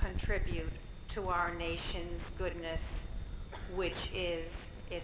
contribute to our nation's goodness which is it